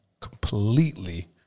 completely